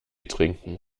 trinken